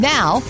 Now